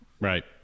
Right